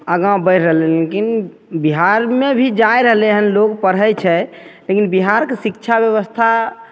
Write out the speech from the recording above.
आगाँ बढ़ि रहलै लेकिन बिहारमे भी जा रहलै हँ लोक पढ़ै छै लेकिन बिहारके शिक्षा बेबस्था